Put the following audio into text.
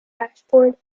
ashford